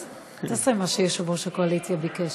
אז תעשה מה שיושב-ראש הקואליציה ביקש.